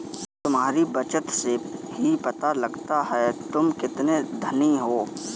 तुम्हारी बचत से ही पता लगता है तुम कितने धनी हो